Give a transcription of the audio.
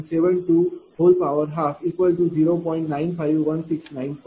u